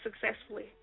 successfully